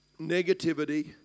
Negativity